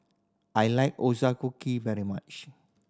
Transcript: I like very much